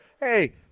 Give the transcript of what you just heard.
hey